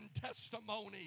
testimony